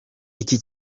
iki